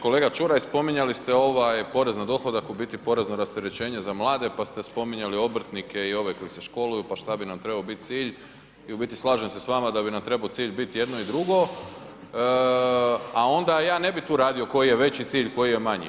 Kolega Čuraj spominjali ste ovaj porez na dohodak u biti porezno rasterećenje za mlade, pa ste spominjali obrtnike i ove koji se školuju, pa šta bi nam trebao biti cilj i u biti slažem se s vama da bi nam trebao cilj biti jedno i drugo, a onda ja ne bi tu radio koji je veći cilj, koji je manji.